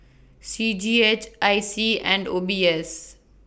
C G H I C and O B S